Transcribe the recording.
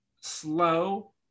slow